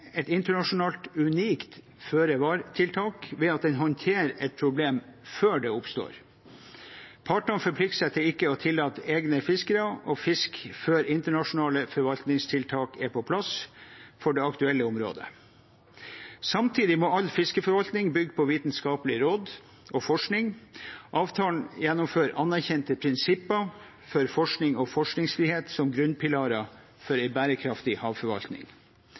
et internasjonalt unikt føre-var-tiltak ved at den håndterer et problem før det oppstår. Partene forplikter seg til ikke å tillate egne fiskere å fiske før internasjonale forvaltningstiltak er på plass for det aktuelle området. Samtidig må all fiskeriforvaltning bygge på vitenskapelige råd og på forskning. Avtalen gjennomfører anerkjente prinsipper for forskning og forskningsfrihet som grunnpilarer for en bærekraftig havforvaltning.